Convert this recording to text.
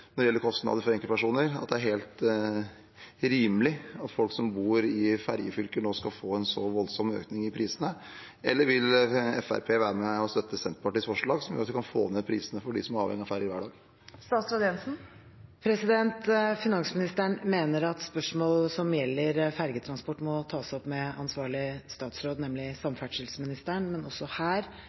når det gjelder kostnader for enkeltpersoner, at det er rimelig at folk som bor i ferjefylker, nå skal få en så voldsom økning i prisene? Eller vil Fremskrittspartiet være med og støtte Senterpartiets forslag, som gjør at vi kan få ned prisene for dem som er avhengig av ferje hver dag? Finansministeren mener at spørsmål som gjelder fergetransport, må tas opp med ansvarlig statsråd, nemlig samferdselsministeren. Men også her